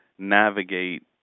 navigate